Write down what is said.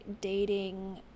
dating